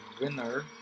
winner